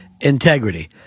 integrity